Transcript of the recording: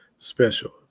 special